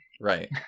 right